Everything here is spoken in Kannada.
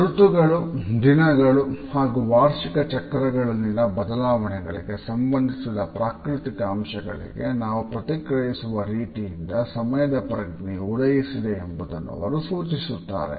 ಋತುಗಳು ದಿನಗಳು ಹಾಗೂ ವಾರ್ಷಿಕ ಚಕ್ರಗಳಲ್ಲಿನ ಬದಲಾವಣೆಗಳಿಗೆ ಸಂಬಂಧಿಸಿದ ಪ್ರಾಕೃತಿಕ ಅಂಶಗಳಿಗೆ ನಾವು ಪ್ರತಿಕ್ರಿಯಿಸುವ ರೀತಿಯಿಂದ ಸಮಯದ ಪ್ರಜ್ಞೆಯು ಉದಯಿಸಿದೆ ಎಂಬುದನ್ನು ಅವರು ಸೂಚಿಸುತ್ತಾರೆ